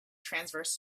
transverse